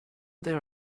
there